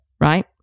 right